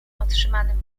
otrzymanym